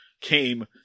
came